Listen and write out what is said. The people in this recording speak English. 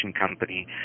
company